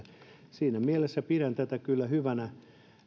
siinä mielessä pidän tätä kyllä hyvänä